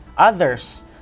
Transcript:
Others